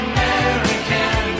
American